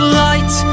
light